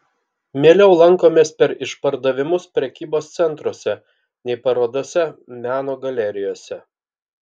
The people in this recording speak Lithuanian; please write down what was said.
mieliau lankomės per išpardavimus prekybos centruose nei parodose meno galerijose